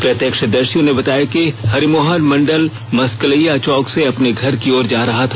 प्रत्यक्षदर्शियों ने बताया कि हरिमोहन मंडल मसकलैया चौक से अपने घर की ओर जा रहा था